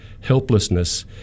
helplessness